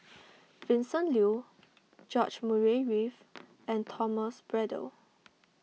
Vincent Leow George Murray Reith and Thomas Braddell